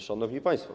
Szanowni Państwo!